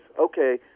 okay